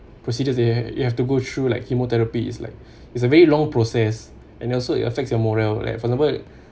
procedure you you have to go through like chemotherapy is like it's a very long process and also it affect your morale like for example